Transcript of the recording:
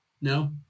No